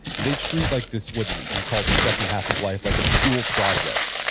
they treat like this what we call the second half of life like a school project.